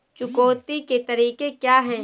चुकौती के तरीके क्या हैं?